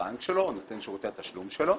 הבנק שלו או נותן שירותי התשלום שלו,